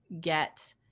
get